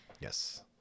yes